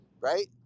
right